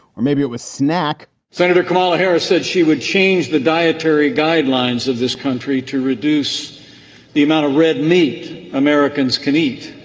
or maybe it was snack senator kamala harris said she would change the dietary guidelines of this country to reduce the amount of red meat americans can eat